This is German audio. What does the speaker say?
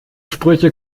sprüche